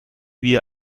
wie